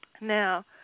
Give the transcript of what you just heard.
now